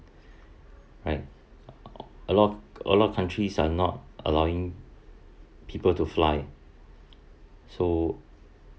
right a lot a lot of countries are not allowing people to fly so